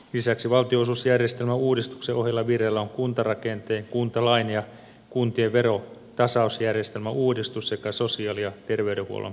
lisäksi valtionosuusjärjestelmän uudistuksen ohella vireillä on kuntarakenteen kuntalain ja kuntien verontasausjärjestelmän uudistus sekä sosiaali ja terveydenhuollon palvelurakenneuudistus